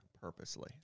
purposely